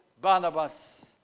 Barnabas